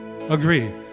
Agree